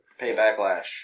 Paybacklash